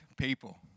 people